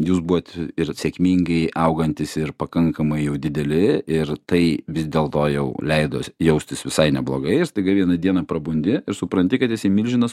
jūs buvot ir sėkmingai augantys ir pakankamai jau dideli ir tai vis dėlto jau leido jaustis visai neblogai ir staiga vieną dieną prabundi ir supranti kad esi milžinas